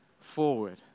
forward